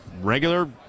regular